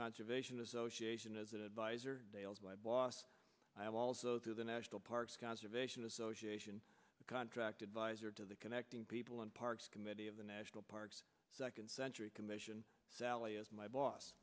conservation association as an adviser last i have also through the national parks conservation association contract advisor to the connecting people in parks committee of the national parks second century commission sally as my boss